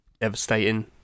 devastating